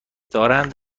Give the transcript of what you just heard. دارند